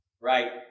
right